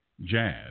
jazz